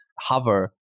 hover